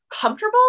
comfortable